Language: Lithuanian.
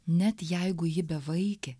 net jeigu ji bevaikė